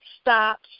stops